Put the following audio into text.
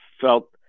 felt